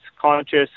conscious